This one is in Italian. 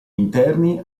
interni